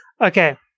Okay